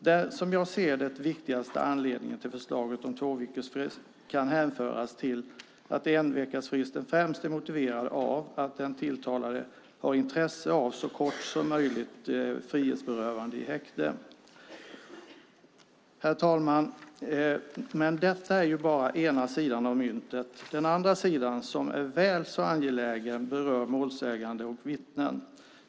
Den, som jag ser det, viktigaste anledningen till förslaget om tvåveckorsfrist kan hänföras till att enveckasfristen främst är motiverad av att den tilltalade har intresse av så kort frihetsberövande i häkte som möjligt. Herr talman! Men detta är ju bara ena sidan av myntet. Den andra sidan, som är väl så angelägen, berör målsägande och vittnen.